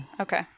Okay